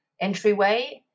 entryway